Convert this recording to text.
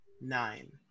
nine